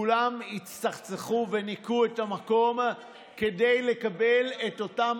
כולם הצטחצחו וניקו את המקום כדי לקבל את אותם